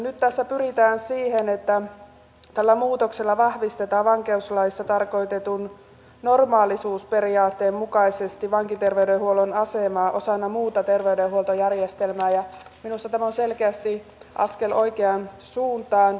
nyt tässä pyritään siihen että tällä muutoksella vahvistetaan vankeuslaissa tarkoitetun normaalisuusperiaatteen mukaisesti vankiterveydenhuollon asemaa osana muuta terveydenhuoltojärjestelmää ja minusta tämä on selkeästi askel oikeaan suuntaan